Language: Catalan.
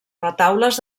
retaules